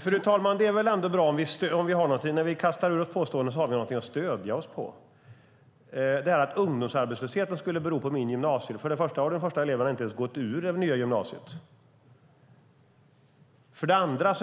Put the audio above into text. Fru talman! Det är väl ändå bra om vi har något att stödja oss på när vi kastar ur oss påståenden. När det gäller att ungdomsarbetslösheten skulle bero på min gymnasiereform har de första eleverna inte ens gått ur det nya gymnasiet, för det första. För det andra